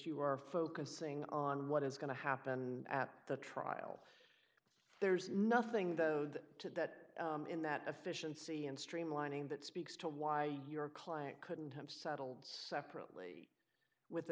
you are focusing on what is going to happen at the trial there's nothing though that in that efficiency and streamlining that speaks to why your client couldn't have settled separately with the